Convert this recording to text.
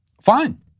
Fine